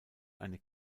eine